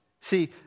see